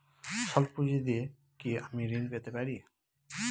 সল্প পুঁজি দিয়ে কি আমি ঋণ পেতে পারি?